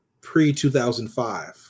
pre-2005